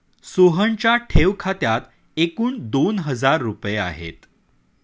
सोहनच्या ठेव खात्यात एकूण दोन हजार रुपये आहेत